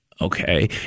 Okay